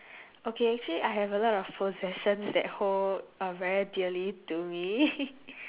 okay actually I have a lot of possessions that hold uh very dearly to me